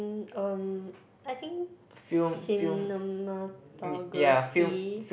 um I think cinematography